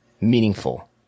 meaningful